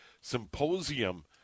Symposium